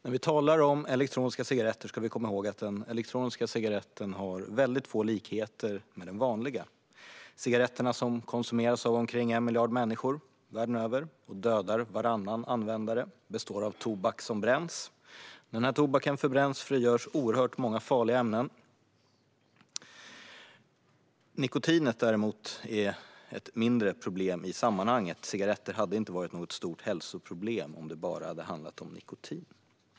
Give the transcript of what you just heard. När vi talar om elektroniska cigaretter ska vi komma ihåg att den elektroniska cigaretten har väldigt få likheter med den vanliga cigaretten. De cigaretter som konsumeras av omkring 1 miljard människor världen över, och som dödar varannan användare, består av tobak som bränns. När denna tobak förbränns frigörs oerhört många farliga ämnen. Nikotinet är ett mindre problem i sammanhanget - cigaretter hade inte varit något stort hälsoproblem om det bara hade handlat om nikotin.